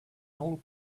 old